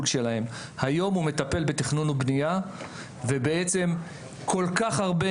היום הוא מטפל בתכנון ובנייה ובעצם כל כך הרבה